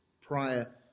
prior